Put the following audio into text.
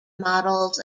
models